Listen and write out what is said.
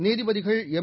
நீதிபதிகள் எம்